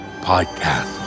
Podcast